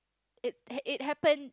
it it happen